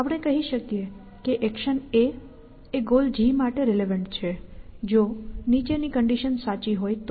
આપણે કહી શકીએ કે એક્શન A એ ગોલ g માટે રિલેવન્ટ છે જો નીચેની કન્ડિશન સાચી હોય તો